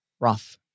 Roth